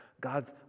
God's